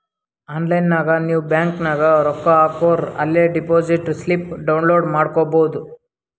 online ನಾಗ್ ನೀವ್ bank ನಾಗ್ ರೊಕ್ಕಾ ಹಾಕೂರ ಅಲೇ ಡೆಪೋಸಿಟ್ ಸ್ಲಿಪ್ ಡೌನ್ಲೋಡ್ ಮಾಡ್ಕೊಬೋದು